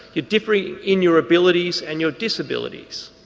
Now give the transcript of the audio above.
you're differing in your abilities and your disabilities.